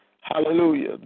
Hallelujah